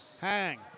Hang